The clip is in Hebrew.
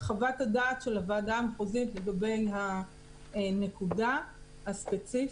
חוות הדעת של הוועדה המחוזית לגבי הנקודה הספציפית.